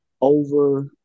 over